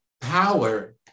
power